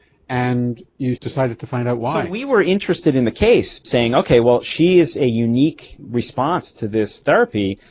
and you've decided to find out why. so we were interested in the case, saying, okay, well, she is a unique response to this therapy.